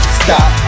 stop